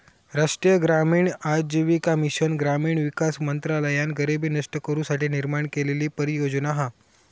राष्ट्रीय ग्रामीण आजीविका मिशन ग्रामीण विकास मंत्रालयान गरीबी नष्ट करू साठी निर्माण केलेली परियोजना हा